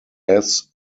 als